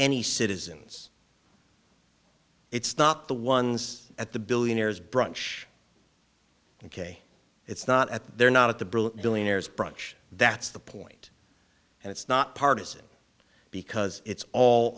any citizens it's not the ones at the billionaires branch ok it's not at they're not at the brill billionaires branch that's the point and it's not partisan because it's all